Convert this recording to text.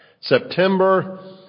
September